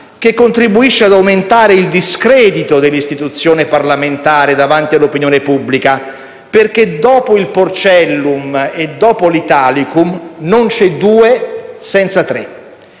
che contribuisce ad aumentare il discredito dell'istituzione parlamentare davanti all'opinione pubblica, perché dopo il Porcellum e l'Italicum non c'è due senza tre.